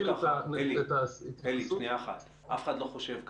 אלי, אף אחד לא חושב כך,